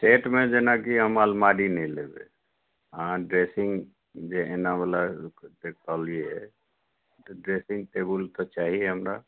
सेटमे जेना कि हम अलमारी नहि लेबै आ ड्रेसिंग जे एनावला जे कहलियै तऽ ड्रेसिंग टेबल तऽ चाही हमरा